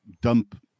dump